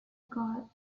goal